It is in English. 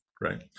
right